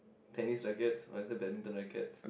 tennis rackets or is that badminton rackets